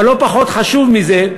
אבל לא פחות חשוב מזה,